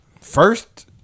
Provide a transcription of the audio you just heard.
first